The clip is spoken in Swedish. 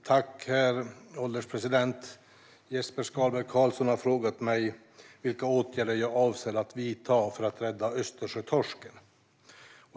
Herr ålderspresident! Jesper Skalberg Karlsson har frågat mig vilka åtgärder jag avser att vidta för att rädda Östersjötorsken.